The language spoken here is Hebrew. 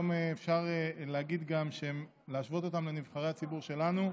היום אפשר להשוות אותם לנבחרי הציבור שלנו.